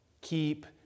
keep